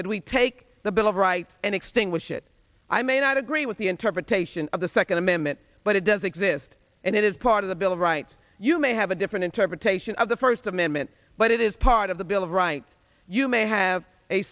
that we take the bill of rights and extinguish it i may not agree with the interpretation of the second amendment but it does exist and it is part of the bill of rights you may have a different interpretation of the first amendment but it is part of the bill of rights you may have a